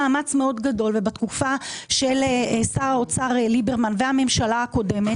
בתקופה של שר האוצר ליברמן והממשלה הקודמת